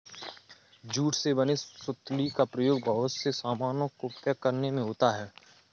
jute से बने सुतली का प्रयोग बहुत से सामानों को पैक करने में होता है